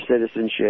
citizenship